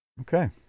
Okay